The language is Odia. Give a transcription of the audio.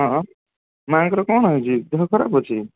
ହଁ ହଁ ମାଆଙ୍କର କ'ଣ ହେଉଛି ଦେହ ଖରାପ ଅଛି